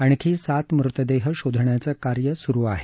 आणखी सात मृतदेह शोधण्याचं कार्य सुरू आहे